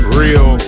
real